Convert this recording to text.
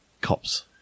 cops